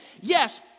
Yes